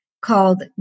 called